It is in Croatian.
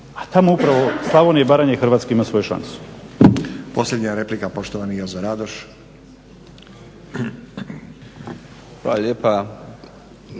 a tamo upravo Slavonija i Baranja i Hrvatska imaju svoju šansu.